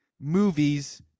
movies